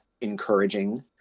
encouraging